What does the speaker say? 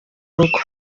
rugo